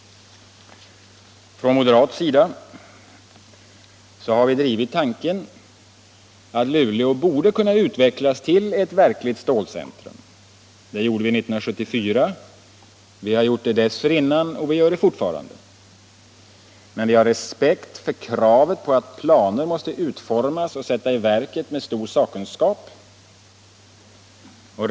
Från moderat sida har vi drivit tanken att Luleå borde kunna utvecklas till ett verkligt stålcentrum. Det gjorde vi 1974, vi har gjort det dessförinnan och vi gör det fortfarande. Men vi har respekt för kravet på att planer måste utformas och sättas i verket med stor sakkunskap.